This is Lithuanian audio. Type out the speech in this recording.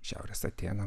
šiaurės atėnam